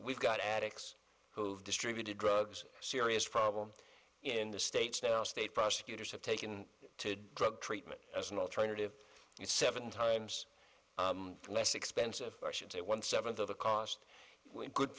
we've got addicts who've distributed drugs serious problem in the states now state prosecutors have taken to drug treatment as an alternative seven times less expensive i should say one seventh of the cost of good